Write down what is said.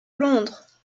londres